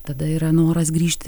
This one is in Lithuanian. tada yra noras grįžti